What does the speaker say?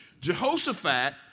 Jehoshaphat